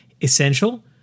essential